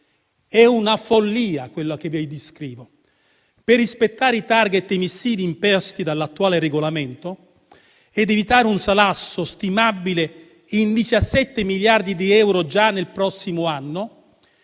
È una follia quella che vi descrivo. Per rispettare i *target* emissivi imposti dall'attuale regolamento ed evitare un salasso stimabile in 17 miliardi di euro già nel prossimo anno,